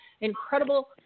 incredible